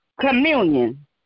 communion